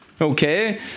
okay